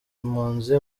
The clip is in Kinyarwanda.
impunzi